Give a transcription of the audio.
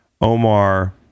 Omar